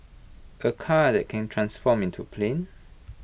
A car that can transform into A plane